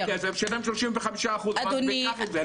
הכסף שישלם 35 אחוזים מס וייקח את זה,